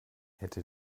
hätte